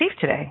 today